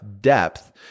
depth